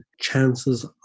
chances